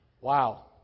Wow